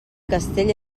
castell